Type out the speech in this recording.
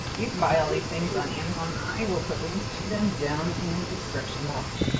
you can buy all these things on amazon. i will put links to them down in the description box.